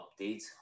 updates